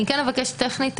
אני כן אבקש מראש טכנית,